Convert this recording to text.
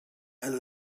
and